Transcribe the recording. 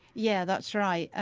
yeah that's right.